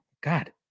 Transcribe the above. God